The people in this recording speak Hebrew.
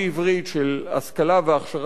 של השכלה והכשרה אקדמית,